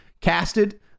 casted